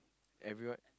everyone